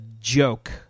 joke